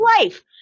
life